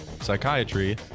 psychiatry